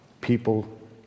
People